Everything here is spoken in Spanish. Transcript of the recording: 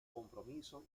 compromiso